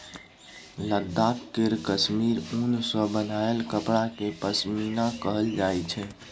लद्दाख केर काश्मीर उन सँ बनाएल कपड़ा केँ पश्मीना कहल जाइ छै